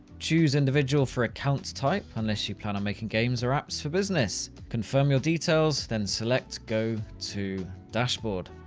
choose individual for account type unless you plan on making games or apps for business. confirm your details then select go to dashboard.